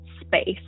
space